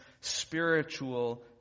spiritual